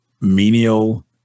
menial